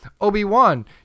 Obi-Wan